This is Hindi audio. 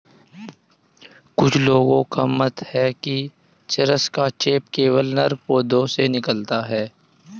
कुछ लोगों का मत है कि चरस का चेप केवल नर पौधों से निकलता है